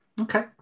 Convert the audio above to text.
okay